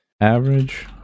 average